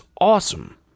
awesome